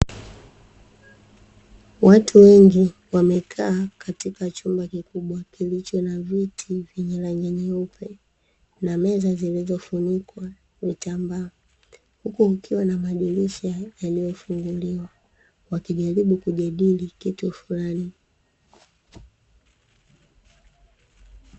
Watu wengi wamekaa katika chumba kikubwa kilicho na viti vyenye rangi nyeupe na meza zilizofunikwa vitambaa, huku kukiwa na madirisha yaliyofunguliwa wakijaribu kujadili kitu fulani.